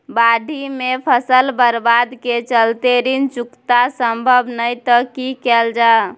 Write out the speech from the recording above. बाढि में फसल बर्बाद के चलते ऋण चुकता सम्भव नय त की कैल जा?